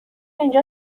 اینجا